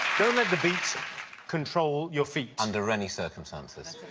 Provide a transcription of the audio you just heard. don't let the beat control your feet. under any circumstances.